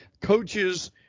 coaches